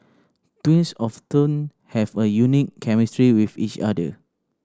twins often have a unique chemistry with each other